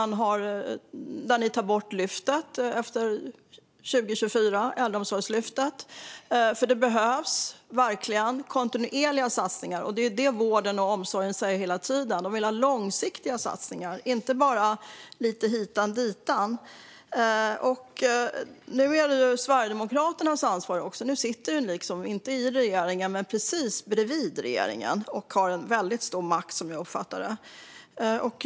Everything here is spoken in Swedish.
Ni tar bort Äldreomsorgslyftet efter 2024 trots att kontinuerliga satsningar verkligen behövs. Vården och omsorgen säger hela tiden att de vill ha långsiktiga satsningar, inte bara lite hitan och ditan. Nu är detta Sverigedemokraternas ansvar. De sitter inte i regeringen men precis bredvid regeringen och har som jag uppfattar det väldigt stor makt.